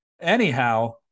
anyhow